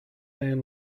man